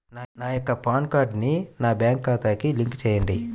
నా యొక్క పాన్ కార్డ్ని నా బ్యాంక్ ఖాతాకి లింక్ చెయ్యండి?